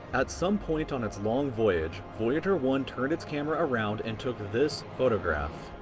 at some point on its long voyage, voyager one turned its camera around and took this photograph.